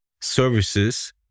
services